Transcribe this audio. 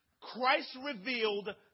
Christ-revealed